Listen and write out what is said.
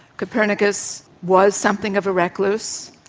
copernicus was something of a recluse,